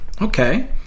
Okay